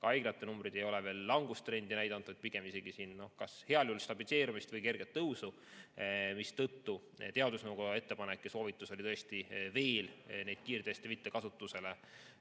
Ka haiglate numbrid ei ole veel langustrendi näidanud, pigem isegi kas heal juhul stabiliseerumist või kerget tõusu, mistõttu teadusnõukoja ettepanek ja soovitus oli tõesti veel neid kiirteste mitte kasutusele